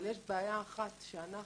אבל יש בעיה אחת שאנחנו,